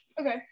Okay